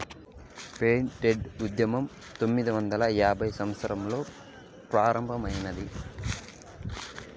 fair trade ఉద్యమం పంతొమ్మిదవ వందల యాభైవ సంవత్సరంలో ప్రారంభమైంది